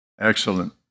Excellent